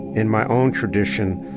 in my own tradition,